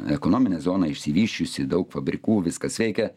ekonominė zona išsivysčiusi daug fabrikų viskas veikia